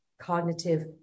cognitive